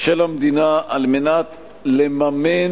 של המדינה על מנת לממן,